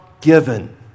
given